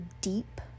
deep